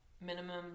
Minimum